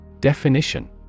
Definition